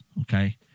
Okay